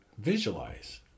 visualize